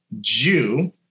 Jew